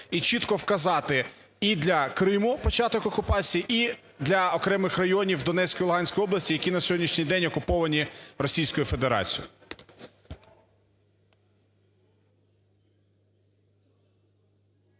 і чітко вказати і для Криму початок окупації, і для окремих районів Донецької і Луганської області, які на сьогоднішній день окуповані Російською Федерацією.